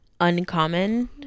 uncommon